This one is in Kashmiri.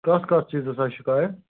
کتھ کتھ چیٖزَس آیہِ شِکایت